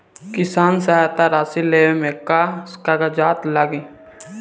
किसान सहायता राशि लेवे में का का कागजात लागी?